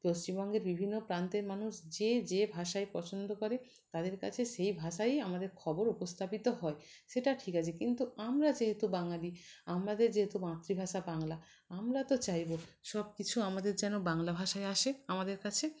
পশ্চিমবঙ্গের বিভিন্ন প্রান্তের মানুষ যে যে ভাষায় পছন্দ করে তাদের কাছে সেই ভাষাই আমাদের খবর উপস্থাপিত হয় সেট ঠিক আছে কিন্তু আমরা যেহেতু বাঙালি আমাদের যেহেতু মাতৃভাষা বাংলা আমরা তো চাইবো সব কিছু আমাদের যেন বাংলা ভাষায় আসে আমাদের কাছে